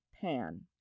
Pan